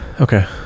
okay